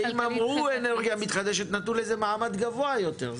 שאם אמרו "אנרגיה מתחדשת" נתנו לזה מעמד גבוה יותר.